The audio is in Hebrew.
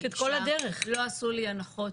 לא עשו לי הנחות.